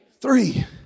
Three